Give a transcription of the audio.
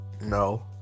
No